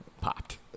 popped